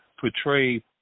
portray